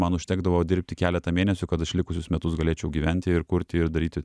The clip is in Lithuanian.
man užtekdavo dirbti keletą mėnesių kad aš likusius metus galėčiau gyventi ir kurti ir daryti